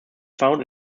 found